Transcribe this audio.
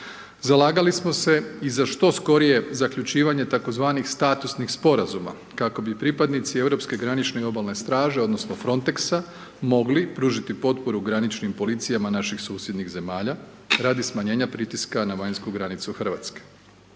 Zalagali smo se i za skorije zaključivanje tzv. Statusnih sporazuma kako bi pripadnici Europske granične i obalne straže odnosno Fronteksa mogli pružiti potporu graničnim policijama naših susjednih zemalja radi smanjenja pritiska na vanjsku granicu RH.